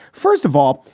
first of all,